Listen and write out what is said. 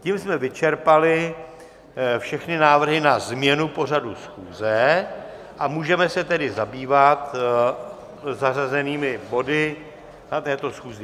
Tím jsme vyčerpali všechny návrhy na změnu pořadu schůze, a můžeme se tedy zabývat zařazenými body na této schůzi.